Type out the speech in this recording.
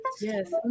yes